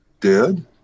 dead